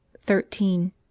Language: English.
thirteen